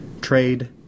trade